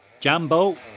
Jambo